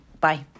Bye